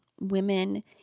women